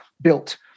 built